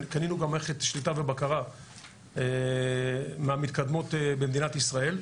קנינו גם מערכת שליטה ובקרה מהמתקדמות במדינת ישראל,